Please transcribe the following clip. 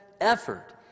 effort